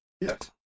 Yes